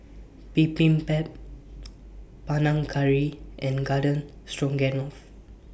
Bibimbap Panang Curry and Garden Stroganoff